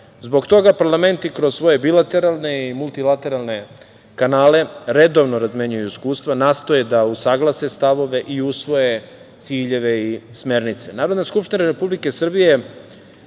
toga parlamenti kroz svoje bilateralne i multilateralne kanale redovno razmenjuju iskustva, nastoje da usaglase stavove i usvoje ciljeve i smernice. Narodna skupština Republike Srbije